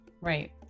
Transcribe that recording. right